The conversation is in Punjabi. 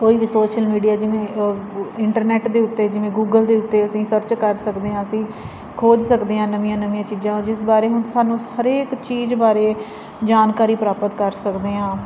ਕੋਈ ਵੀ ਸੋਸ਼ਲ ਮੀਡੀਆ ਜਿਵੇਂ ਇੰਟਰਨੈਟ ਦੇ ਉੱਤੇ ਜਿਵੇਂ ਗੂਗਲ ਦੇ ਉੱਤੇ ਅਸੀਂ ਸਰਚ ਕਰ ਸਕਦੇ ਹਾਂ ਅਸੀਂ ਖੋਜ ਸਕਦੇ ਹਾਂ ਨਵੀਆਂ ਨਵੀਆਂ ਚੀਜ਼ਾਂ ਜਿਸ ਬਾਰੇ ਹੁਣ ਸਾਨੂੰ ਹਰੇਕ ਚੀਜ਼ ਬਾਰੇ ਜਾਣਕਾਰੀ ਪ੍ਰਾਪਤ ਕਰ ਸਕਦੇ ਹਾਂ